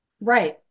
Right